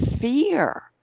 fear